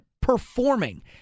performing